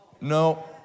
No